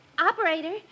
Operator